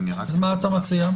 אז מה אתה מציע?